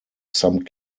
some